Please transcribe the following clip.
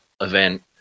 event